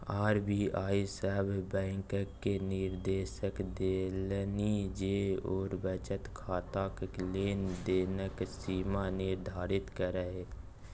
RBI सभ बैंककेँ निदेर्श देलनि जे ओ बचत खाताक लेन देनक सीमा निर्धारित करय